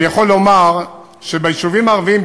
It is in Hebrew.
אני יכול לומר שביישובים הערביים,